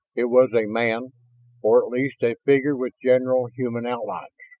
it was a man or at least a figure with general human outlines.